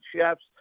Chefs